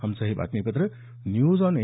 आमचं हे बातमीपत्र न्यूज आॅन ए